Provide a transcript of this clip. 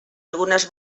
algunes